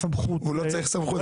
סמכות -- הוא לא צריך סמכות.